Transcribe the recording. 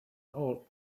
all